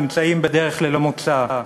נמצאים בדרך ללא מוצא,